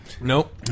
Nope